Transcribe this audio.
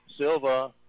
Silva